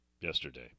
yesterday